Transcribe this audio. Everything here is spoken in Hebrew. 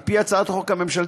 על פי הצעת החוק הממשלתית,